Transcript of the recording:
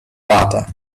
butter